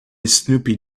snoopy